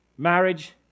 Marriage